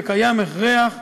שקיים הכרח לכבדם.